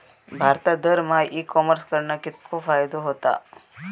भारतात दरमहा e commerce कडणा कितको फायदो होता?